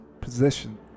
position